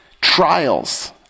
Trials